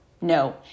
no